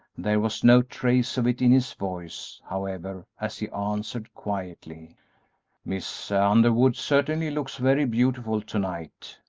there was no trace of it in his voice, however, as he answered, quietly miss underwood certainly looks very beautiful to-night.